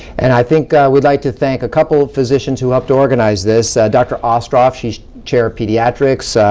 and i think we'd like to thank a couple of physicians who helped to organize this, dr. ostrov, she's chair of pediatrics,